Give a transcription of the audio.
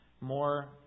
more